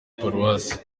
paruwasi